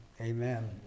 Amen